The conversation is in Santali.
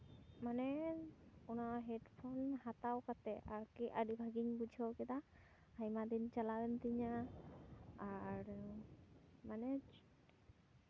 ᱢᱟᱱᱮ ᱚᱱᱟ ᱦᱮᱰᱯᱷᱳᱱ ᱦᱟᱛᱟᱣ ᱠᱟᱛᱮᱫ ᱟᱨᱠᱤ ᱟᱹᱰᱤ ᱵᱷᱟᱹᱜᱮᱧ ᱵᱩᱡᱷᱟᱹᱣ ᱠᱮᱫᱟ ᱟᱭᱢᱟ ᱫᱤᱱ ᱪᱟᱞᱟᱣ ᱮᱱ ᱛᱤᱧᱟᱹ ᱟᱨ ᱢᱟᱱᱮ